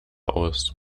aus